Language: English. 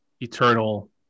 eternal